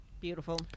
beautiful